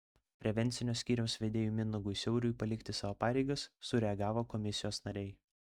prevencinio skyriaus vedėjui mindaugui siauriui palikti savo pareigas sureagavo komisijos nariai